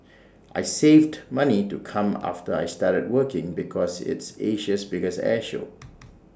I saved money to come after I started working because it's Asia's biggest air show